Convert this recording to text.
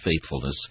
faithfulness